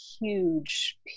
huge